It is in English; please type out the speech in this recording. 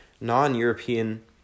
non-European